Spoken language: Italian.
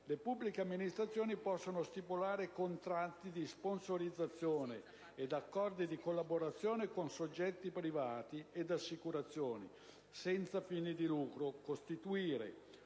le pubbliche amministrazioni possono stipulare contratti di sponsorizzazione ed accordi di collaborazione con soggetti privati ed associazioni, senza fini di lucro, costituite